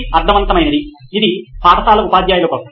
అర్థవంతమే ఇది పాఠశాల ఉపాధ్యాయుల కోసం